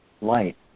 light